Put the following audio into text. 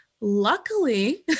luckily